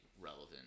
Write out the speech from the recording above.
relevant